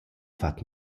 fat